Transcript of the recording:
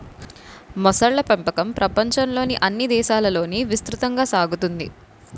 మొసళ్ళ పెంపకం ప్రపంచంలోని అన్ని దేశాలలోనూ విస్తృతంగా సాగుతోంది